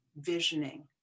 visioning